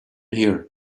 here